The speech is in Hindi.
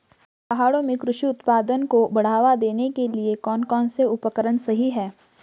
पहाड़ों में कृषि उत्पादन को बढ़ावा देने के लिए कौन कौन से उपकरण सही हैं?